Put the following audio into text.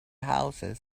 houses